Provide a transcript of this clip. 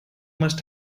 must